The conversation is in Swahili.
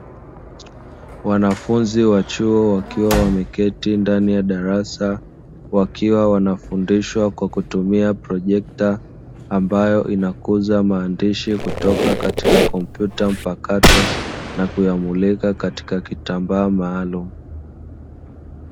Wanafunzi wa chuo wakiwa wameketi ndani ya darasa wakiwa wanafundishwa kwa kutumia projekta ambayo inakuza maandishi kutoka katika kompyuta mpakato nakuyamulika katika kitambaa maalumu.